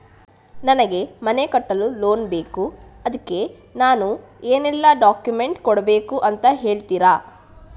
ನನಗೆ ಮನೆ ಕಟ್ಟಲು ಲೋನ್ ಬೇಕು ಅದ್ಕೆ ನಾನು ಏನೆಲ್ಲ ಡಾಕ್ಯುಮೆಂಟ್ ಕೊಡ್ಬೇಕು ಅಂತ ಹೇಳ್ತೀರಾ?